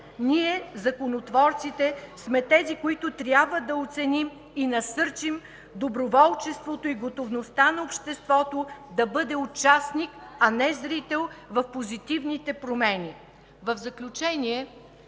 Ние законотворците сме тези, които трябва да оценим и насърчим доброволчеството и готовността на обществото да бъде участник, а не зрител в позитивните промени.